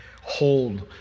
hold